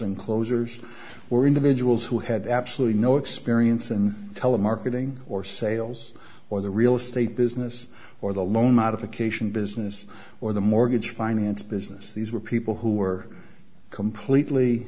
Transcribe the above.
and closers were individuals who had absolutely no experience in telemarketing or sales or the real estate business or the loan modification business or the mortgage finance business these were people who were completely